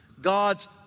God's